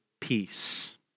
peace